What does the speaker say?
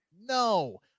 no